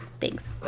Thanks